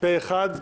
פה אחד.